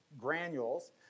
granules